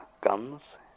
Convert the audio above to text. guns